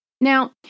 Now